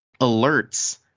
alerts